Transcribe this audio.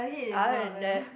other than that